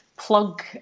plug